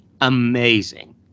amazing